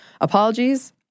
Apologies